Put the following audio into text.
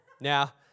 Now